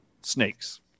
snakes